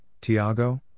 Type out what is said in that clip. Tiago